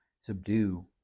subdue